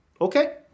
Okay